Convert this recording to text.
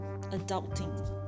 adulting